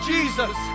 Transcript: Jesus